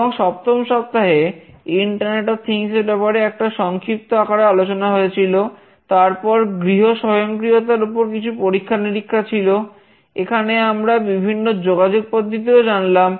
এবং সপ্তম সপ্তাহে ইন্টারনেট অফ থিংস এবং আরও অনেক কিছু নিয়ে কথা বলেছিলাম